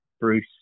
Bruce